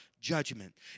judgment